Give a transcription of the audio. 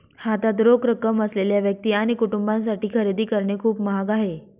हातात रोख रक्कम असलेल्या व्यक्ती आणि कुटुंबांसाठी खरेदी करणे खूप महाग आहे